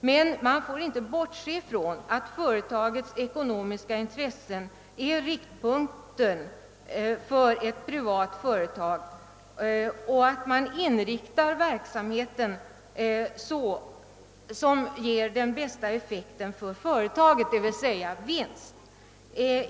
Men man får inte bortse från att företagets eget ekonomiska intresse är riktpunkten för ett privat företag och att man därför inriktar verksamheten så, att den ger den bästa effekten, d.v.s. vinst åt företaget självt.